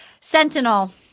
Sentinel